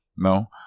No